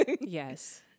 Yes